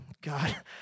God